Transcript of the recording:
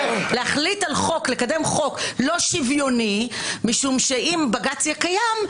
להחליט לקדם חוק לא שוויוני כי אם בג"ץ יהיה קיים,